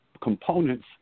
components